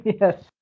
yes